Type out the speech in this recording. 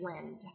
Blend